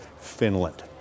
Finland